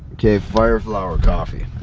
okay, fire flower coffee.